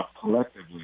collectively